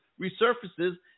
resurfaces